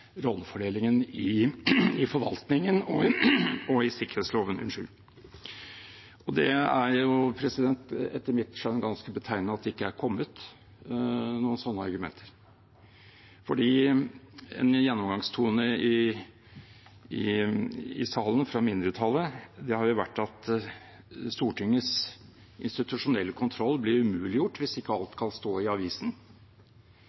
rollefordelingen i forvaltningen og i sikkerhetsloven. Det er, etter mitt skjønn, ganske betegnende at det ikke har kommet noen slike argumenter. En gjennomgangstone i salen fra mindretallet har vært at Stortingets institusjonelle kontroll blir umuliggjort hvis ikke